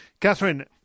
Catherine